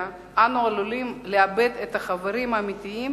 אנו עלולים לאבד את החברים האמיתיים